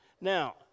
Now